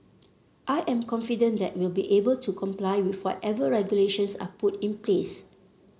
I am confident that we'll be able to comply with whatever regulations are put in place